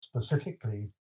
specifically